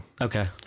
Okay